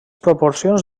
proporcions